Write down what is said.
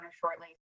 shortly